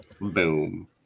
Boom